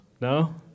No